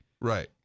Right